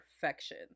perfection